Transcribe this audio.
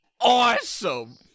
awesome